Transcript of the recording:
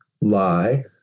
lie